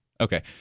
Okay